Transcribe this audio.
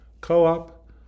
Co-op